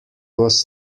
was